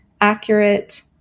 accurate